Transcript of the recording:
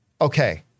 okay